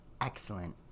excellent